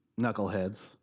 knuckleheads